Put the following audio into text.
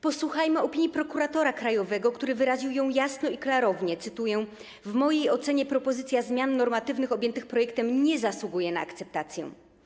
Posłuchajmy opinii prokuratora krajowego, który wyraził ją jasno i klarownie, cytuję: w mojej ocenie propozycja zmian normatywnych objętych projektem nie zasługuje na akceptację.